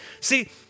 See